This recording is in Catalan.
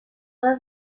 les